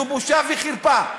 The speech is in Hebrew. זו בושה וחרפה.